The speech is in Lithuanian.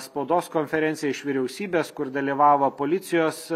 spaudos konferenciją iš vyriausybės kur dalyvavo policijos